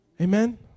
amen